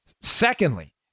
Secondly